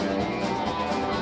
or